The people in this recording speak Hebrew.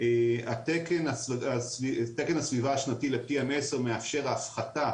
תקן הסביבה השנתי ל-PM10 מאפשר הפחתה